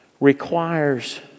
requires